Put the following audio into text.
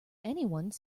anyone